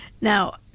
now